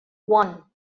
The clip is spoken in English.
one